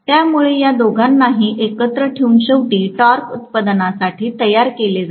त्यामुळे या दोघांनाही एकत्र ठेवून शेवटी टॉर्क उत्पादनासाठी तयार केले जाते